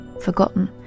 forgotten